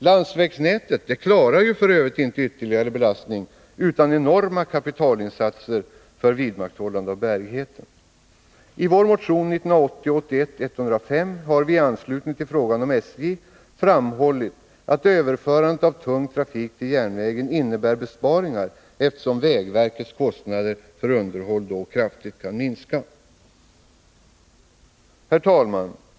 Landsvägsnätet klarar f. ö. inte ytterligare belastning utan enorma kapitalinsatser för vidmakthållande av bärigheten. I vår motion 1980/81:105 har vi i anslutning till frågan om SJ framhållit att överförandet av tung trafik till järnväg leder till besparingar, eftersom vägverkets kostnader för underhåll då kraftigt kan minska. Herr talman!